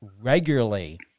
regularly